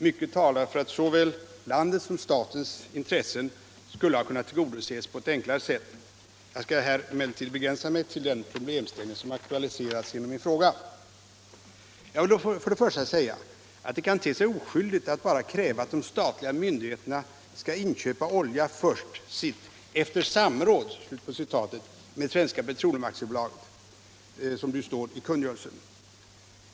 Mycket talar för att såväl landets som statens intressen skulle ha kunnat tillgodoses på ett enklare sätt. Jag skall här begränsa mig till den problemställning som aktualiserats genom min fråga. Jag vill då börja med att säga att det kan te sig oskyldigt att bara kräva att de statliga myndigheterna skall inköpa olja först ”efter samråd” med Svenska Petroleum AB, som det står i kungörelsen.